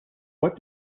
what